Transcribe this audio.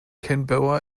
canberra